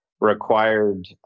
required